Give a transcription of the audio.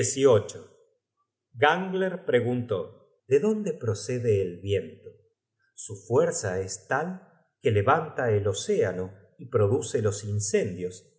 at gangler preguntó de dónde procede el viento su fuerza es tal que levanta el océano y produce los incendios